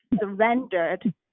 surrendered